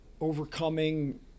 overcoming